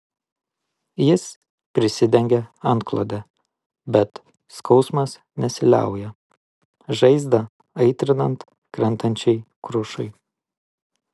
jis prisidengia antklode bet skausmas nesiliauja žaizdą aitrinant krentančiai krušai